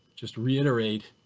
just reiterate